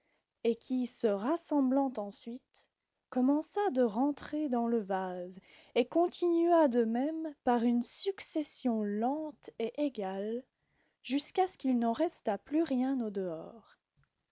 et qui se rassemblant ensuite commença de rentrer dans le vase et continua de même par une succession lente et égale jusqu'à ce qu'il n'en restât plus rien au dehors